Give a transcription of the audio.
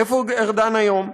איפה הוא ארדן היום?